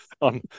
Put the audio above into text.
on